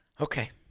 Okay